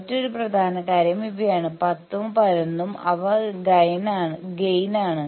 മറ്റൊരു പ്രധാന കാര്യം ഇവയാണ് 10 ഉം 11 ഉം അവ ഗൈനാണ്